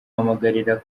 ahamagarira